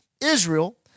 Israel